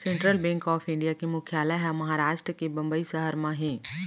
central Bank of India के मुख्यालय ह महारास्ट के बंबई सहर म हे